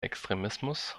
extremismus